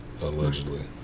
Allegedly